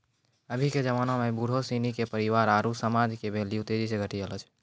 अभी के जबाना में बुढ़ो सिनी के परिवार आरु समाज मे भेल्यू तेजी से घटी रहलो छै